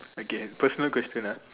okay personal question ah